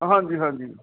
ਹਾਂਜੀ ਹਾਂਜੀ